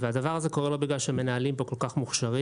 הדבר הזה קורה לא בגלל שהמנהלים פה כל כך מוכשרים,